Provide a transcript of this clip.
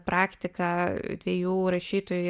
praktiką dviejų rašytojų